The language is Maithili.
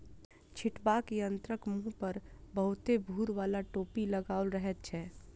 छिटबाक यंत्रक मुँह पर बहुते भूर बाला टोपी लगाओल रहैत छै